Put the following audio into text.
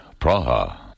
Praha